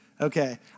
Okay